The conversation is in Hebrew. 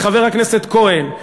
לחבר הכנסת כהן,